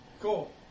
Cool